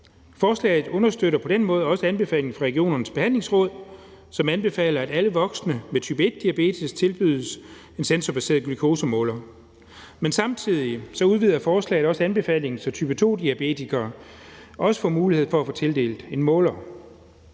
Forslaget understøtter på den måde også anbefalingen fra regionernes Behandlingsråd, som anbefaler, at alle voksne med type 1-diabetes tilbydes en sensorbaseret glukosemåler. Men samtidig udvider forslaget også anbefalingen, så type 2-diabetikere også får mulighed for at få tildelt en måler.